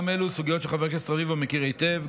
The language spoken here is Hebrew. גם אלו סוגיות שחבר הכנסת רביבו מכיר היטב,